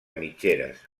mitgeres